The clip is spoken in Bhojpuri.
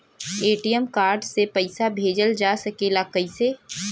ए.टी.एम कार्ड से पइसा भेजल जा सकेला कइसे?